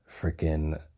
freaking